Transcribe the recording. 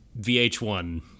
vh1